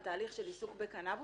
על תהליך של עיסוק בקנאבוס,